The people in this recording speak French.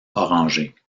orangé